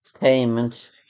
payment